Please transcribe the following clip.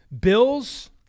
Bills